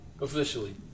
Officially